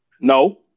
No